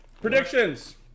Predictions